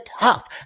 tough